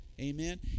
Amen